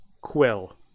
Quill